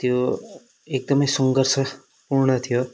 त्यो एकदम सङ्घर्षपूर्ण थियो